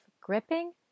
gripping